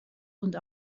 und